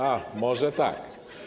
A, może tak.